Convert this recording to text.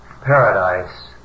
paradise